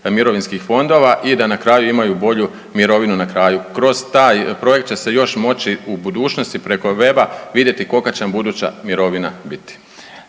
mirovinskih fondova i da na kraju imaju bolju mirovinu na kraju. Kroz taj projekt će se još moći u budućnosti preko weba vidjeti kolika će vam buduća mirovina biti.